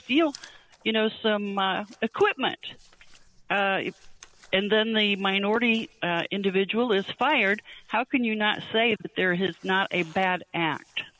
steal you know some equipment and then the minority individual is fired how can you not say that there has not a bad act